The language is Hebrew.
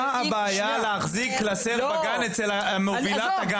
מה הבעיה להחזיק בגן קלסר אצל מובילת הגן.